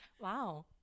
wow